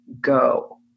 go